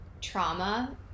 trauma